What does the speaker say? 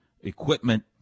Equipment